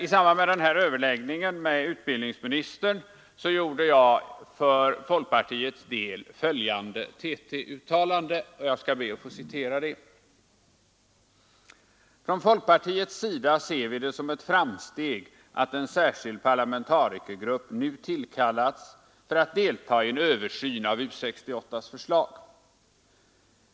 I samband med denna överläggning med utbildningsministern gjorde jag för folkpartiets räkning följande TT-uttalande: ”Från folkpartiets sida ser vi det som ett framsteg att en särskild parlamentarikergrupp nu tillkallats för att delta i en översyn av U 68: förslag.